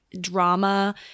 drama